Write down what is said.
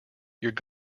you’re